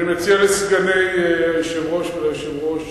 אני מציע לסגני היושב-ראש וליושב-ראש